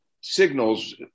signals